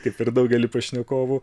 kaip ir daugelį pašnekovų